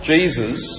Jesus